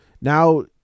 now